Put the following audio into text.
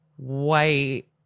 white